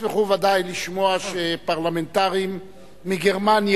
תשמחו ודאי לשמוע שפרלמנטרים מגרמניה